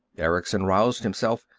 erickson roused himself.